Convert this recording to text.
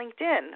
LinkedIn